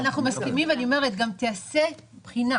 אנחנו מסכימים, ואני אומרת שגם תיעשה בחינה.